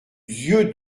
dieu